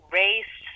race